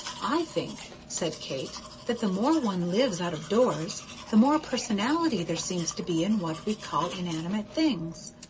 i think, said kate, that the more one lives out of doors the more personality there seems to be in what we call inanimate things.